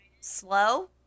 slow